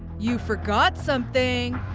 you forgot something.